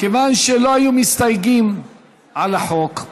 כיוון שלא היו מסתייגים על החוק,